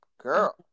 Girl